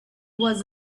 was